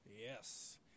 Yes